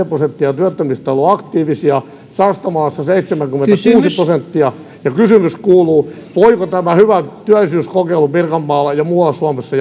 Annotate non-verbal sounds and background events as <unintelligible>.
<unintelligible> prosenttia työttömistä on ollut aktiivisia sastamalassa seitsemänkymmentäkuusi prosenttia kysymys kuuluu voivatko nämä hyvät työllisyyskokeilut pirkanmaalla ja muualla suomessa <unintelligible>